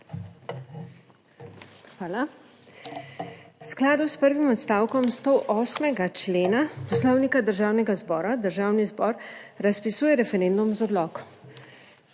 Hvala. V skladu s prvim odstavkom 108. člena Poslovnika Državnega zbora, Državni zbor razpisuje referendum za odlok.